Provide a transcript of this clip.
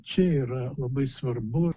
čia yra labai svarbu